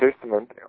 Testament